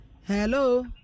Hello